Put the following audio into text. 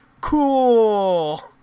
cool